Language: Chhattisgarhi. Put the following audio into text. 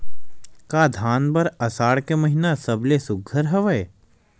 का धान बर आषाढ़ के महिना सबले सुघ्घर हवय?